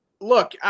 Look